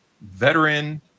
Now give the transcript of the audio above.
veteran